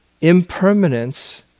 impermanence